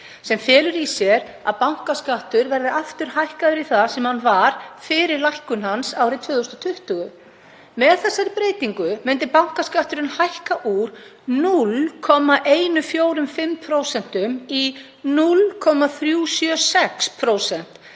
sem felur í sér að bankaskattur verði aftur hækkaður í það sem hann var fyrir lækkun hans árið 2020. Með þessari breytingu myndi bankaskatturinn hækka úr 0,145% í 0,376%,